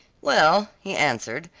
well, he answered,